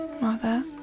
Mother